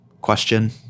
question